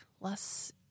less